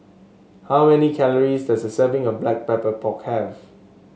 how many calories does a serving of Black Pepper Pork have